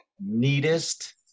neatest